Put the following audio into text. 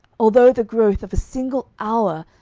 although the growth of a single hour,